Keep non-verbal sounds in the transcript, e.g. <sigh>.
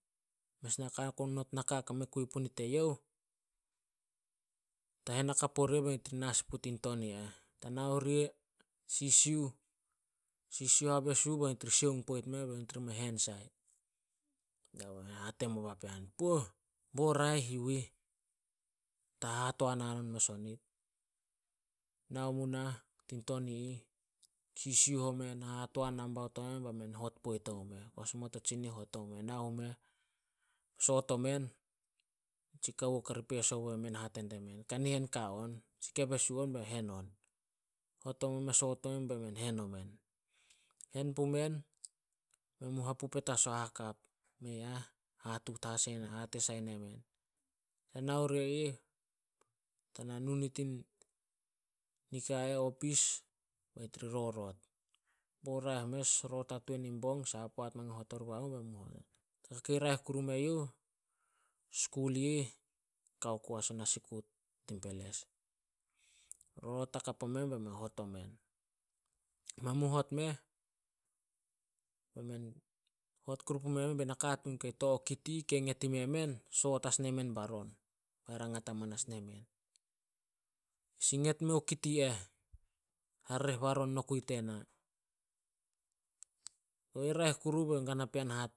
Mes naka <unintelligible> naka kei mei not a kui punit e youh, ta hen hakap oria benit mu na sin pu tin ton i eh. Ta nao ria, sisiuh, sisiuh habesu be nit ri sioung poit meh be nit ri me hen sai. <unintelligible> Hate mo papean, "Puoh, bo raeh yu ih. Ta hahatoan hanon mes onit." Nao mu nah tin ton i ih, sisiuh o men, hahatoan nambaut omen be men hot poit omu meh. Koas oma to tsinih, hot omu meh. Nao meh, soot omen, nitsi kawo kari peso bo emen, hate die men, "Kanihen ka on. Si ke besu on be hen on." <unintelligible> Soot omen bemen hen omen. Hen pumen, men mu hapu petas o hahakap, mei a hatuut <unintelligible> hate sai nemen, "Ta nao ria ih, tana nu nit nika ih opis be nit ri rorot." Bo raeh mes, rorot hatuan in bong. Saha poat mangin hot ori bamu. <unintelligible> Naka kei raeh Kuru me yuh, skul i ih, kao ku as ona sikut tin peles. Rorot hakap omen, bemen hot omen. Men mu hot meh, <unintelligible> hot kuru pume men bei nakatuun kei to o kit i ih kei nget ime men, soot as nemen baron. Be rangat amanas nemen, "Si nget mo kit i eh, harereh baron nokui tena. Kobei raeh kuru bei gana pean <unintelligible>